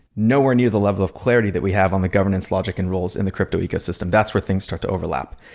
nowhere near the level of clarity that we have on the governance logic and rules in the crypto ecosystem. that's where things start to overlap.